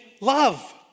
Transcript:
love